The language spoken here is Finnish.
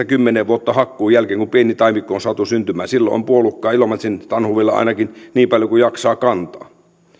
kymmenen vuotta hakkuun jälkeen kun pieni taimikko on saatu syntymään silloin on puolukkaa ilomantsin tanhuvilla ainakin niin paljon kuin jaksaa kantaa